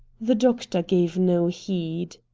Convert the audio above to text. the doctor gave no heed.